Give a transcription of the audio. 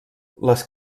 les